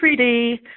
3D